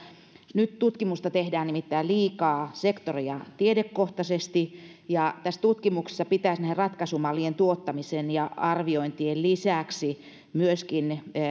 nyt tutkimusta tehdään nimittäin liikaa sektori ja tiedekohtaisesti ja tässä tutkimuksessa pitäisi näiden ratkaisumallien tuottamisen ja arviointien lisäksi myöskin